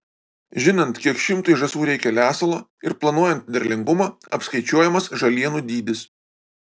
žinant kiek šimtui žąsų reikia lesalo ir planuojant derlingumą apskaičiuojamas žalienų dydis